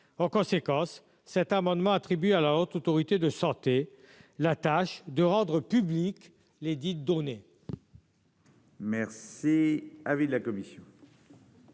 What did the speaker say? en conséquence, cet amendement attribue à la Haute autorité de santé la tâche de rendre publics les 10.